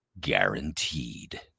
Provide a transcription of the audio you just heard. guaranteed